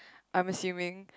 I'm assuming